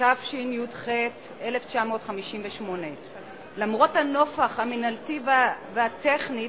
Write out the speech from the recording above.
התשי"ח 1958. למרות הנופך המינהלתי והטכני,